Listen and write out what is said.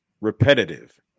repetitive